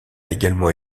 également